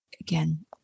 again